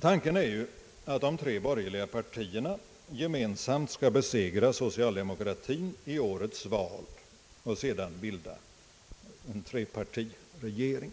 Tanken är ju att de tre borgerliga partierna gemensamt skall besegra socialdemokratin i årets val och sedan bilda en trepartiregering.